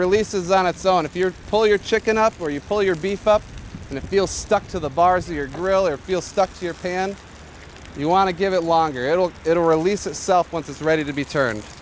releases on its own if you're pull your chicken up or you pull your beef up and feel stuck to the bars of your grill or feel stuck to your pan you want to give it longer it'll it'll releases self once it's ready to be turned